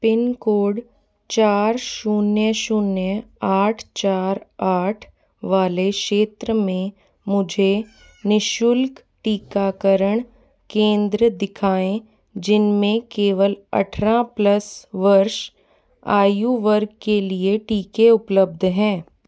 pin code चार शून्य शून्य आठ चार आठ वाले क्षेत्र में मुझे निःशुल्क टीकाकरण केंद्र दिखाएँ जिनमें केवल अठारह प्लस वर्ष आयु वर्ग के लिए टीके उपलब्ध हैं